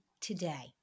today